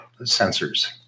sensors